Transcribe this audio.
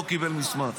לא קיבל מסמך